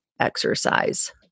exercise